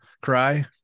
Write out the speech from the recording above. Cry